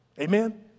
Amen